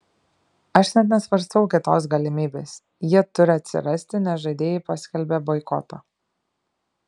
aš net nesvarstau kitos galimybės jie turi atsirasti nes žaidėjai paskelbė boikotą